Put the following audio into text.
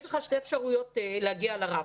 יש לך שתי אפשרויות להגיע לרף,